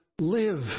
live